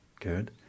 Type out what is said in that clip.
good